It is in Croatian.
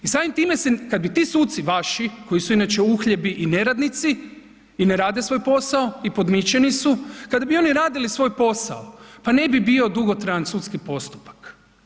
I samim time se kada bi ti suci vaši koji su inače uhljebi i neradnici i ne rade svoje posao i podmićeni su kada bi oni radili svoj posao, pa ne bi bio dugotrajan sudski postupak.